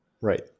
Right